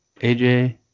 AJ